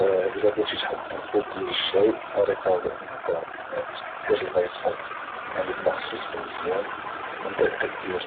الى بغيتي تحضر كوب ديال الشاي الطريقة هو انك تدير الما يسخن يعني الما خصو يسخن مزيان من بعد كدير